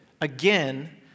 again